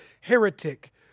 heretic